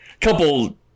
couple